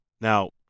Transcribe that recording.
Now